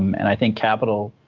and i think capital,